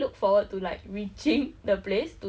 like for commercial flights kind of thing